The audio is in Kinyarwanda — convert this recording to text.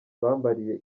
bambariye